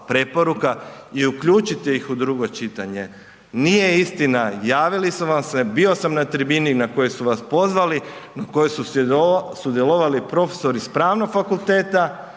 preporuka i uključite ih u drugo čitanje. Nije istina javili su vam se, bio sam na tribini na kojoj su vas pozvali kojoj su sudjelovali profesori s Pravnog fakulteta,